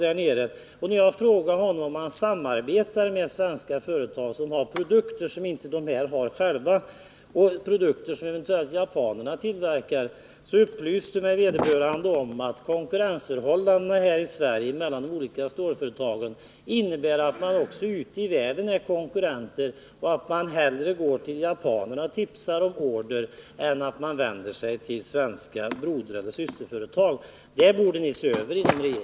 På min fråga om han samarbetar med svenska företag som för produkter som de själva inte har där nere, men som japanerna eventuellt tillverkar, upplyste han mig om att konkurrensen i Sverige mellan de olika stålföretagen medför att de svenska företagen är konkurrenter även utomlands. Därför går man hellre till japanerna och tipsar om order än vänder sig till svenska brodereller systerföretag. Detta borde regeringen se över.